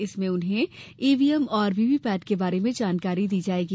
इनमें उन्हें ईवीएम एवं वीवीपेट के बारे में जानकारी दी जायेगी